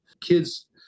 Kids